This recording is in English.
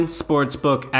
sportsbook